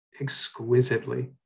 exquisitely